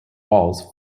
walls